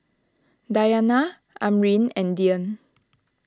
Dayana Amrin and Dian